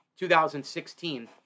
2016